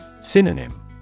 Synonym